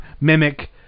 mimic